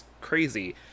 crazy